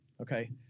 Okay